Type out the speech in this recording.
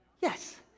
Yes